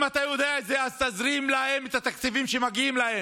אם אתה יודע את זה אז תזרים להם את התקציבים שמגיעים להם.